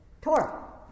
Torah